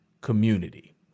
community